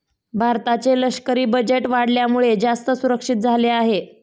भारताचे लष्करी बजेट वाढल्यामुळे, जास्त सुरक्षित झाले आहे